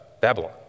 Babylon